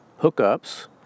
hookups